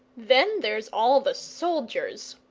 then there's all the soldiers,